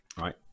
Right